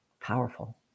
Powerful